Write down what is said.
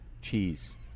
Cheese